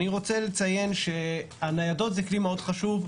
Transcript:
אני רוצה לציין שהניידות הן כלי מאוד חשוב,